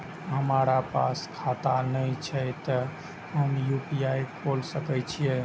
हमरा पास खाता ने छे ते हम यू.पी.आई खोल सके छिए?